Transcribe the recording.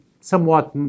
somewhat